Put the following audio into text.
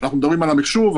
אנחנו מדברים על המחשוב,